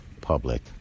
public